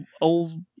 old